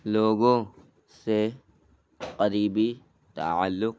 لوگوں سے قریبی تعلق